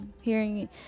hearing